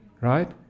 right